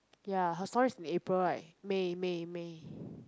ya her story is in april right may may may